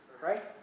Right